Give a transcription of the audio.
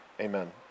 Amen